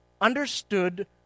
understood